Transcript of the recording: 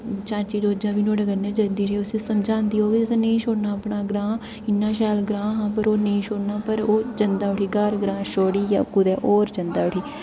चाची जोजां बी नुहाड़े कन्नै जंदी ऐ उसी समझांदी ऐ जे नेई छोड़ना अपना ग्रांऽ इन्ना शैल ग्रांऽ हा पर ओह् नेई छोड़ना पर ओह् जंदा उठी ग्हार ग्रांऽ छोड़ियै हो कुतै होर जंदा उठी